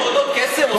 יש פתרונות קסם?